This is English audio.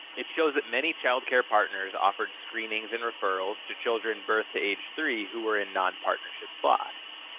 it shows that many child care partners offered screenings and referrals to children birth to age three who were in non-partnership slots.